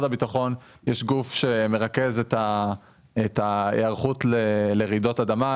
יש גוף שמרכז את ההיערכות לרעידות אדמה,